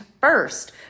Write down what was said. first